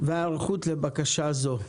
וההערכות לבקשה זו.